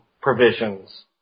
provisions